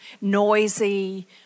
noisy